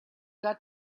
got